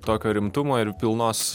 tokio rimtumo ir pilnos